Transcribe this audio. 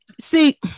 see